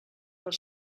per